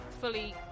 fully